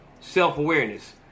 self-awareness